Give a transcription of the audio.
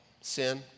sin